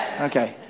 Okay